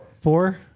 Four